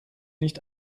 nicht